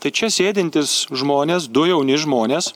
tai čia sėdintys žmonės du jauni žmonės